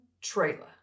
trailer